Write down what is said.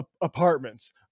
apartments